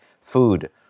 food